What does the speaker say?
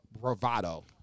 Bravado